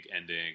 ending